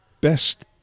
best